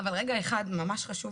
אבל רגע אחד ממש חשוב,